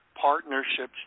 partnerships